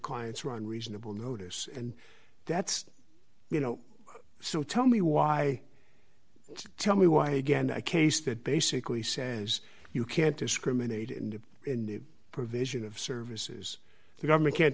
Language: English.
clients were on reasonable notice and that's you know so tell me why tell me why again a case that basically says you can't discriminate in the provision of services the government can't